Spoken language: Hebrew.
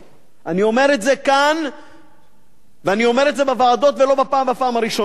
אני אומר את זה כאן ואני אומר את זה בוועדות ולא בפעם הראשונה.